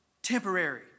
Temporary